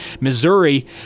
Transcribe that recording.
Missouri